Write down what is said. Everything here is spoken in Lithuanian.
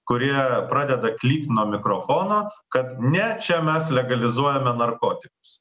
kurie pradeda klykt nuo mikrofono kad ne čia mes legalizuojame narkotikus